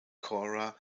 cora